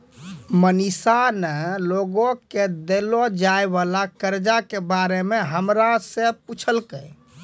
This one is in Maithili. मनीषा ने लोग के देलो जाय वला कर्जा के बारे मे हमरा से पुछलकै